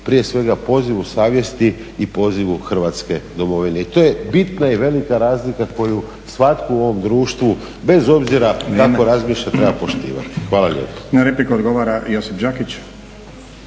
prije svega pozivu savjesti i pozivu Hrvatske domovine. I to je bitna i velika razlika koju svatko u ovom društvu bez obzira kako razmišlja treba poštivati. Hvala lijepo.